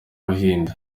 buhinde